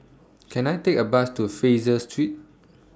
Can I Take A Bus to Fraser Street